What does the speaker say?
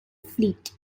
fleet